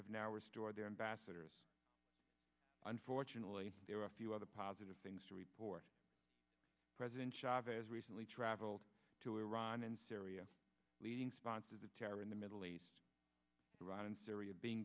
have now restore their ambassadors unfortunately there are a few other positive things to report president chavez recently traveled to iran and syria leading sponsors of terror in the middle east iran and syria being